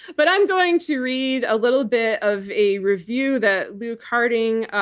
but i'm going to read a little bit of a review that luke harding,